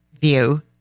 view